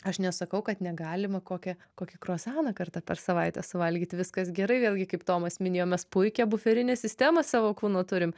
aš nesakau kad negalima kokią kokį kruasaną kartą per savaitę suvalgyt viskas gerai vėlgi kaip tomas minėjo mes puikią buferinę sistemą savo kūno turim